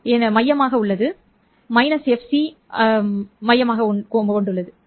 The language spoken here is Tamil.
எனக்கு ஸ்பெக்ட்ரம் மையமாக உள்ளது fc